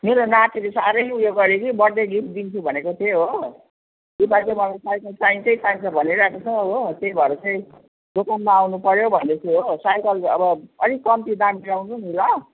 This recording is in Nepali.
मेरो नातिले साह्रै उयो गर्यो कि बर्थ डे गिफ्ट दिन्छु भनेको थिएँ हो यो पालि चाहिँ मलाई साइकल चाहिन्छै चाहिन्छ भनिरहेको छ हो त्यही भएर चाहिँ दोकानमा आउनु पर्यो भनेको थियो हो साइकल चाहिँ अब अलिक कम्ती दाम मिलाउनु नि ल